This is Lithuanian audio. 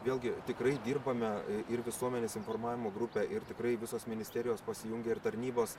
vėlgi tikrai dirbame ir visuomenės informavimo grupė ir tikrai visos ministerijos pasijungė ir tarnybos